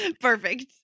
perfect